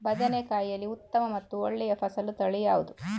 ಬದನೆಕಾಯಿಯಲ್ಲಿ ಉತ್ತಮ ಮತ್ತು ಒಳ್ಳೆಯ ಫಸಲು ತಳಿ ಯಾವ್ದು?